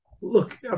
look